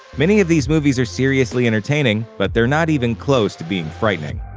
many of these movies are seriously entertaining but they're not even close to being frightening.